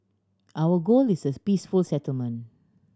our goal is this peaceful settlement